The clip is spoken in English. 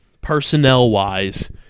personnel-wise